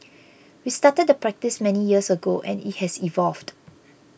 we started the practice many years ago and it has evolved